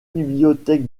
bibliothèque